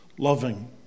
loving